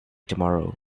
tomorrow